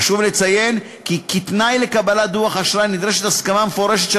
חשוב לציין כי כתנאי לקבלת דוח אשראי נדרשת הסכמה מפורשת של